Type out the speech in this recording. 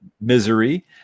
misery